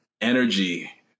energy